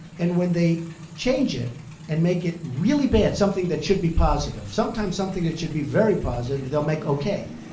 and when they change it and make it really bad something that should be positive. sometimes something that should be very positive, they'll make okay.